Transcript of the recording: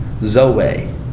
Zoe